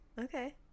okay